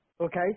okay